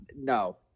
No